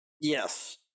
Yes